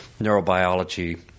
neurobiology